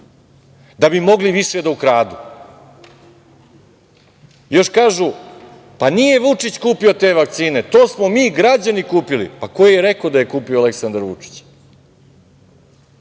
da bi mogli više da ukradu. Još kažu – nije Vučić kupio te vakcine, to smo mi građani kupili. Pa, ko je i rekao da je kupio Aleksandar Vučić?